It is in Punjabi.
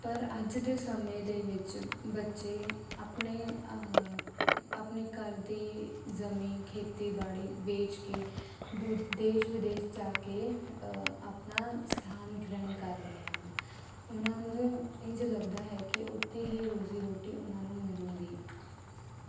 ਪਰ ਅੱਜ ਦੇ ਸਮੇਂ ਦੇ ਵਿੱਚ ਬੱਚੇ ਆਪਣੇ ਆਪਣੇ ਘਰ ਦੀ ਜ਼ਮੀਨ ਖੇਤੀਬਾੜੀ ਵੇਚ ਕੇ ਦੇਸ਼ ਵਿਦੇਸ਼ ਜਾ ਕੇ ਆਪਣਾ ਸਥਾਨ ਗ੍ਰਹਿਣ ਕਰ ਰਹੇ ਹਨ ਉਹਨਾਂ ਨੂੰ ਇੰਝ ਲੱਗਦਾ ਹੈ ਕਿ ਉੱਥੇ ਹੀ ਰੋਜ਼ੀ ਰੋਟੀ ਉਹਨਾਂ ਨੂੰ ਮਿਲੇਗੀ